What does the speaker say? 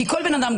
כי כל בן אדם,